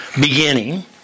beginning